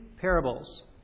parables